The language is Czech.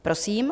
Prosím.